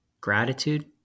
gratitude